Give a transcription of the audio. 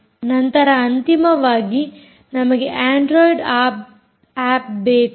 ನಂತರ ಅಂತಿಮವಾಗಿ ನಮಗೆ ಅಂಡ್ರೊಯಿಡ್ ಆಪ್ ಬೇಕು